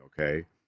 okay